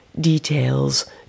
details